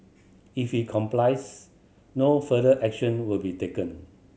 if he complies no further action will be taken